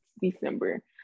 december